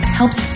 helps